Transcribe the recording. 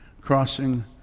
crossing